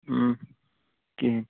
کِہیٖنۍ